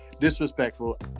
disrespectful